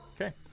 Okay